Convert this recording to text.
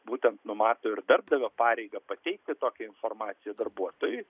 būtent numato ir darbdavio pareigą pateikti tokią informaciją darbuotojui